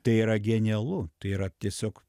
tai yra genialu tai yra tiesiog